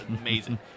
amazing